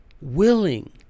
willing